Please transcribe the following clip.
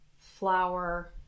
flour